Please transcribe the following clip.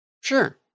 Sure